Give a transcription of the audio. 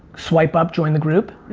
swipe up join the group.